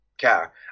care